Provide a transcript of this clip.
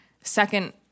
second